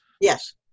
Yes